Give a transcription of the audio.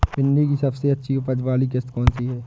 भिंडी की सबसे अच्छी उपज वाली किश्त कौन सी है?